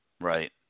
Right